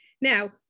Now